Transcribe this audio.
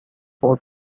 four